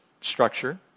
structure